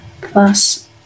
plus